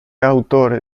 autore